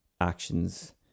actions